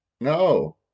No